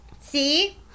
See